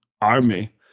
army